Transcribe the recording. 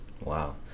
Wow